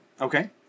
Okay